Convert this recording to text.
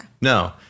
No